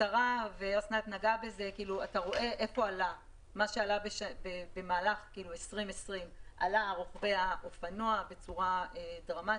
בשקף הבא ניתן לראות מה עלה במהלך 2020. האופנוע עלה בצורה דרמטית.